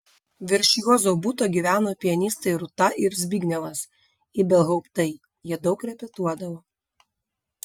virš juozo buto gyveno pianistai rūta ir zbignevas ibelhauptai jie daug repetuodavo